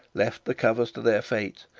left the covers to their fate,